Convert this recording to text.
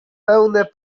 pełne